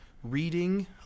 Reading